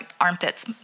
armpits